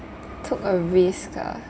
took a risk ah